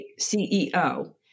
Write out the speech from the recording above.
CEO